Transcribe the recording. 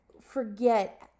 forget